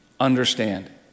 understand